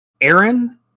Aaron